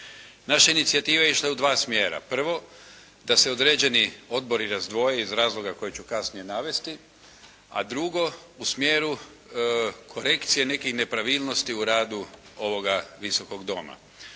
Naša inicijativa je išla u dva smjera. Prvo, da se određeni odbori razdvoje iz razloga koji ću kasnije navesti, a drugu, u smjeru korekcije nekih nepravilnosti u radu ovoga Visokoga doma.